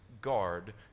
guard